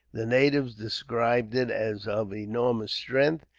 the natives described it as of enormous strength,